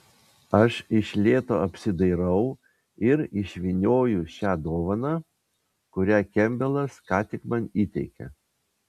aš iš lėto apsidairau ir išvynioju šią dovaną kurią kempbelas ką tik man įteikė